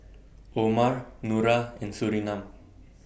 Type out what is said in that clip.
Omar Nura and Surinam